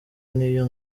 n’iyo